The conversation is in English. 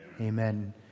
Amen